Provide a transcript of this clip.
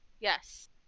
yes